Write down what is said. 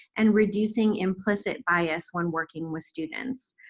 and reducing implicit bias when working with students.